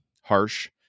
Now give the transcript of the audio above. harsh